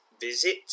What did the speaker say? visit